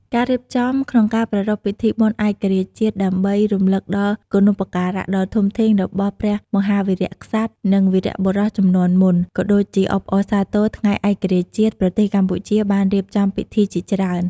ការរៀបចំក្នុងការប្រារព្ធពិធីបុណ្យឯករាជ្យជាតិដើម្បីរំលឹកដល់គុណូបការៈដ៏ធំធេងរបស់ព្រះមហាវីរក្សត្រ និងវីរបុរសជំនាន់មុន ក៏ដូចជាអបអរសាទរថ្ងៃឯករាជ្យជាតិ ប្រទេសកម្ពុជាបានរៀបចំពិធីជាច្រើន។